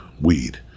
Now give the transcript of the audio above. weed